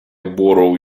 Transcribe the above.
borrow